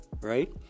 Right